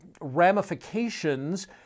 ramifications